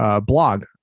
blog